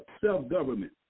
self-government